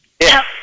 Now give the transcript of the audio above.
Yes